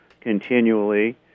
continually